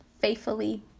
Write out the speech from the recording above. faithfully